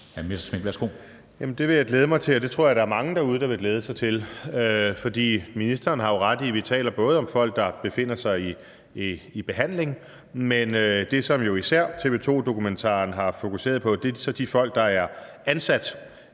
det vil jeg glæde mig til, og det tror jeg der er mange derude der vil glæde sig til. For ministeren har jo ret i, at vi taler om folk, der befinder sig i behandling, men det, som især TV 2-dokumentaren har fokuseret på, er så de folk, der er ansat